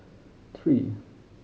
three